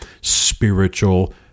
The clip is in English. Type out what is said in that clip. spiritual